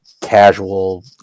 casual